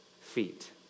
feet